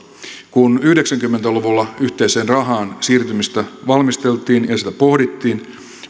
kun yhdeksänkymmentä luvulla yhteiseen rahaan siirtymistä valmisteltiin ja sitä pohdittiin